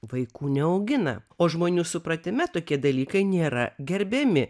vaikų neaugina o žmonių supratime tokie dalykai nėra gerbiami